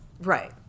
right